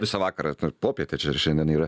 visą vakarą popietė čia ir šiandien yra